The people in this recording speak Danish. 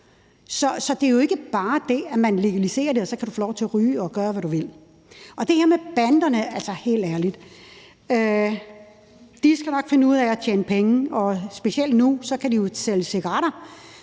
Så det er jo ikke bare det, at man legaliserer det, og så kan du få lov til at ryge og gøre, hvad du vil. Og i forhold til det her med banderne, altså, helt ærligt: De skal nok finde ud af at tjene penge, og specielt nu kan de jo sælge cigaretter.